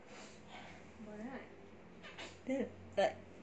then like